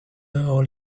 all